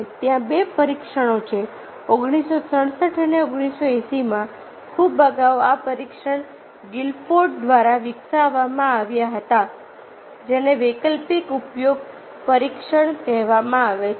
ત્યાં 2 પરીક્ષણો છે 1967 અને 1980 માં ખૂબ અગાઉ આ પરીક્ષણો ગિલફોર્ડ દ્વારા વિકસાવવામાં આવ્યા હતા જેને વૈકલ્પિક ઉપયોગ પરીક્ષણ કહેવામાં આવે છે